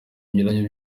binyuranye